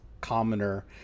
commoner